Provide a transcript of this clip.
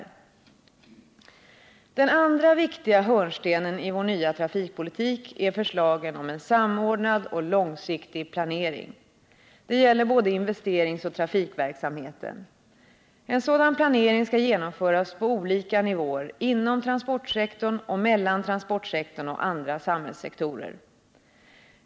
För det andra är förslagen om en samordnad och långsiktig planering en viktig hörnsten i vår nya trafikpolitik. Det gäller både investeringsoch trafikverksamheten. En sådan planering skall genomföras på olika nivåer inom = transportsektorn och mellan transportsektorn och andra samhällssektorer.